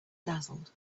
dazzled